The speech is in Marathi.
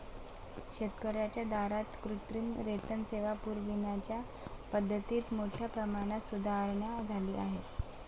शेतकर्यांच्या दारात कृत्रिम रेतन सेवा पुरविण्याच्या पद्धतीत मोठ्या प्रमाणात सुधारणा झाली आहे